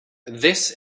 this